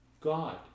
God